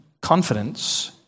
confidence